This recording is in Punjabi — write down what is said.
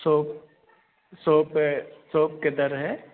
ਸੋ ਸ਼ੋਪ ਕਿਧਰ ਐ